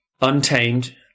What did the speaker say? untamed